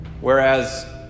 Whereas